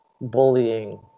bullying